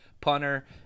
punter